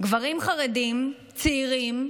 גברים חרדים, צעירים,